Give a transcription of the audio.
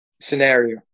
scenario